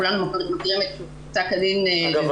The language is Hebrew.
כולנו מכירים את פסק הדין --- אגב,